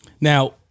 Now